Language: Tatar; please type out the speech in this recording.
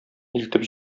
илтеп